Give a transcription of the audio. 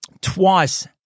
twice